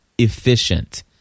efficient